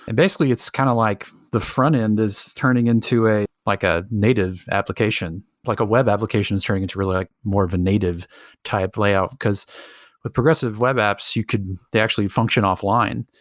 and basically, it's kind of like the front-end is turning into like a native application, like a web application is turning into really more of a native type layout. because with progressive web apps, you could they actually function offline.